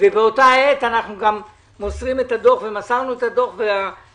ובאותה עת אנו גם מוסרים את הדוח ומסרנו את הדוח והמבקר